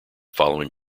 following